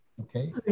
Okay